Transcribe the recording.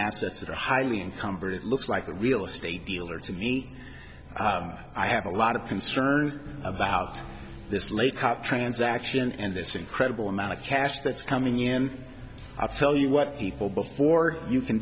assets that are highly encumbered it looks like a real estate dealer to me i have a lot of concern about this lake up transaction and this incredible amount of cash that's coming in and i'll tell you what equal before you can